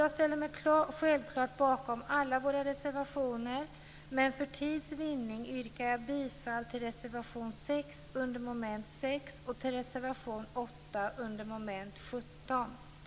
Jag ställer mig självklart bakom alla våra reservationer, men för tids vinning yrkar jag bifall endast till reservation 6 under mom. 6 och reservation 8 under mom. 17.